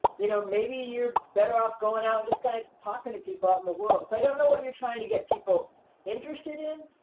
you know, maybe you're better off going out just kind of talking to people out in the world. so i don't know what you're trying to get people interested in,